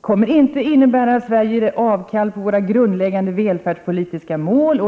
kommer att innebära att Sverige ger avkall på sina grundläggande välfärdspolitiska mål.